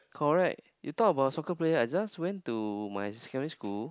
correct you talk about soccer player I just went to my secondary school